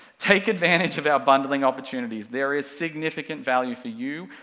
take advantage of our bundling opportunities, there is significant value for you,